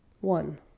One